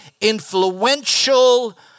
influential